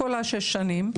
כל שש השנים,